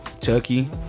Chucky